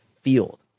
field